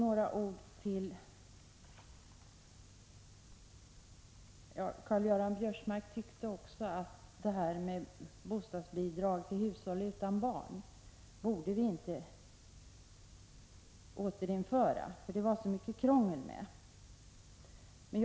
Karl-Göran Biörsmark tyckte också att vi inte borde återinföra bostadsbidrag till hushåll utan barn, eftersom det var så mycket krångel med det.